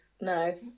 no